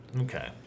Okay